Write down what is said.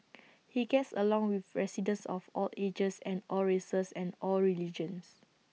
he gets along with residents of all ages and all races and all religions